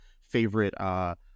favorite